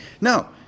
No